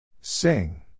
Sing